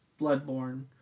Bloodborne